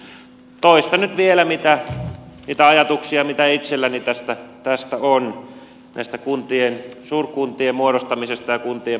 toistan nyt vielä niitä ajatuksia mitä itselläni on suurkuntien muodostamisesta ja kuntien pakkoliitoksesta